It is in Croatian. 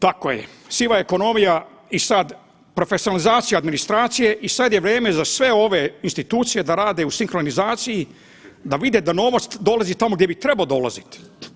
Tako je siva ekonomija i sada profesionalizacija administracije i sada je vrijeme za sve ove institucije da rade u sinkronizaciji, da vide da novac dolazi tamo gdje bi trebao dolaziti.